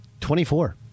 24